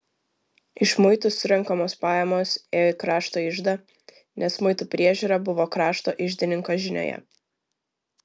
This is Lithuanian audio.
iš muitų surenkamos pajamos ėjo į krašto iždą nes muitų priežiūra buvo krašto iždininko žinioje